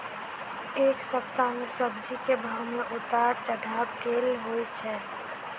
एक सप्ताह मे सब्जी केँ भाव मे उतार चढ़ाब केल होइ छै?